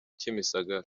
kimisagara